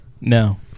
No